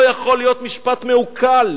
לא יכול להיות משפט מעוקל,